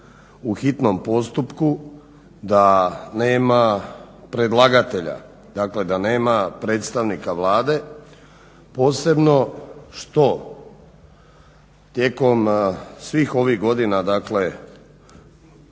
u hitnom postupku da nema predlagatelja, dakle da nema predstavnika Vlade. Posebno što tijekom svih ovih godina, dakle